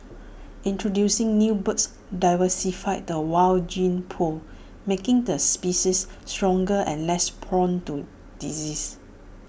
introducing new birds diversify the wild gene pool making the species stronger and less prone to disease